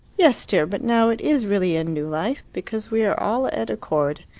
yes, dear but now it is really a new life, because we are all at accord.